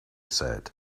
said